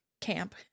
camp